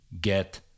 get